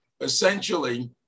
essentially